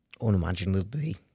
unimaginably